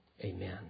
Amen